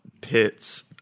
pits